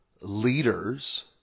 leaders